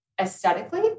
aesthetically